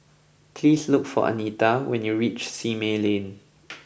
please look for Anita when you reach Simei Lane